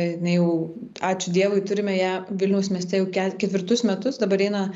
jinai jau ačiū dievui turime ją vilniaus mieste jau ke ketvirtus metus dabar eina